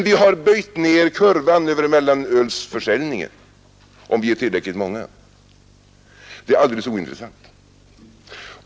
Vi har böjt ned kurvan över mellanölsförsäljningen, om vi är tillräckligt många. Men det är alldeles ointressant.